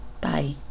Bye